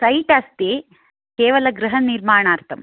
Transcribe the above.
set अस्ति केवलं गृहनिर्माणार्थं